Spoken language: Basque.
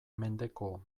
mendeko